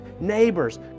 neighbors